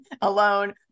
alone